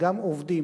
מסכים.